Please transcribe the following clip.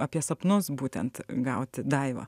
apie sapnus būtent gauti daiva